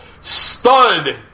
stud